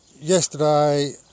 yesterday